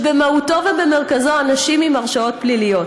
שבמהותו ובמרכזו אנשים עם הרשעות פליליות,